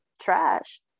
trash